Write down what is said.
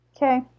Okay